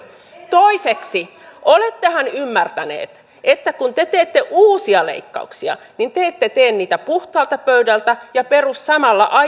toiseksi olettehan ymmärtäneet että kun te teette uusia leikkauksia niin te te ette tee niitä puhtaalta pöydältä ja peru samalla